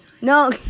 No